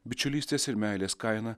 bičiulystės ir meilės kaina